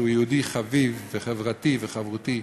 שהוא יהודי חביב וחברותי וחברתי: